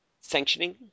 Sanctioning